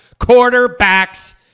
Quarterbacks